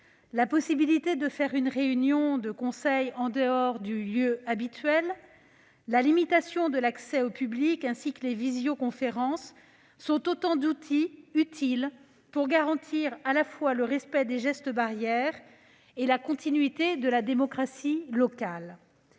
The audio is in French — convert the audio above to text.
la possibilité de réunir le conseil en dehors du lieu habituel, la limitation de l'accès au public, ainsi que les visioconférences, sont autant d'outils utiles pour garantir, à la fois, le respect des gestes barrières et la continuité de la démocratie locale.